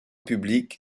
publique